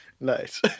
Nice